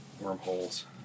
Wormholes